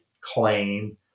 claim